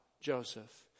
Joseph